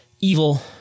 Evil